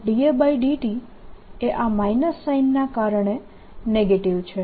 dAdt એ આ minus સાઈનના કારણે નેગેટીવ છે